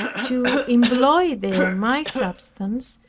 to employ there my substance,